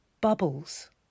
bubbles